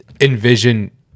envision